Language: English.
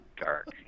dark